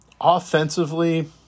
offensively